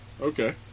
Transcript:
Okay